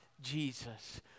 Jesus